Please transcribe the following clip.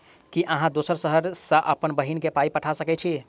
की अहाँ दोसर शहर सँ अप्पन बहिन केँ पाई पठा सकैत छी?